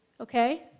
okay